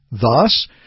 Thus